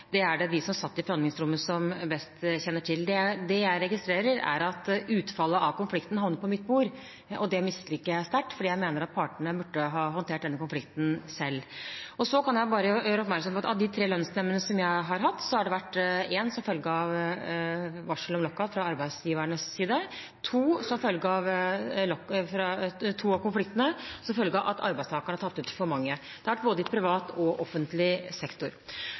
Det er det de som satt i forhandlingsrommet som best kjenner til. Det jeg registrerer, er at utfallet av konflikten havnet på mitt bord, og det misliker jeg sterkt, for jeg mener at partene burde ha håndtert denne konflikten selv. Så kan jeg bare gjøre oppmerksom på at av de tre lønnsnemndene som jeg har hatt, har én konflikt kommet som følge av varsel om lockout fra arbeidsgivernes side, og to av konfliktene har kommet som følge av at arbeidstakerne har tatt ut for mange. Det har vært både i privat og i offentlig sektor.